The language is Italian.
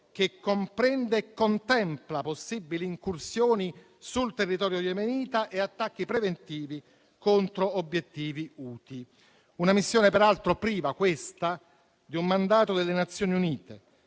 che comprende e contempla possibili incursioni sul territorio yemenita e attacchi preventivi contro obiettivi Houthi. Una missione peraltro priva, questa, di un mandato delle Nazioni Unite,